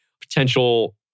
potential